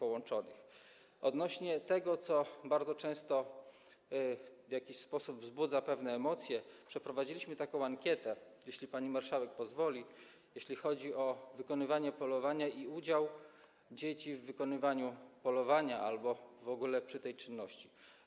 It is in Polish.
Odnośnie do tego, co bardzo często w jakiś sposób wzbudza pewne emocje, przeprowadziliśmy taką ankietę - jeśli pani marszałek pozwoli - jeśli chodzi o wykonywanie polowania i udział dzieci w wykonywaniu polowania albo w ogóle ich obecność przy tej czynności.